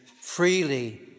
freely